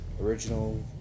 original